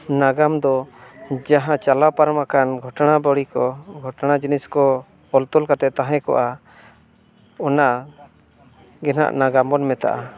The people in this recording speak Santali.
ᱱᱟᱜᱟᱢ ᱫᱚ ᱡᱟᱦᱟᱸ ᱪᱟᱞᱟᱣ ᱯᱟᱨᱚᱢᱟᱠᱟᱱ ᱜᱷᱚᱴᱚᱱᱟ ᱵᱟᱹᱲᱤ ᱠᱚ ᱜᱷᱚᱴᱚᱱᱟ ᱡᱤᱱᱤᱥ ᱠᱚ ᱚᱞ ᱛᱚᱞ ᱠᱟᱛᱮᱫ ᱛᱟᱦᱮᱸ ᱠᱚᱜᱼᱟ ᱚᱱᱟ ᱜᱮᱦᱟᱸᱜ ᱱᱟᱜᱟᱢ ᱵᱚᱱ ᱢᱮᱛᱟᱜᱼᱟ